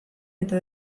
eta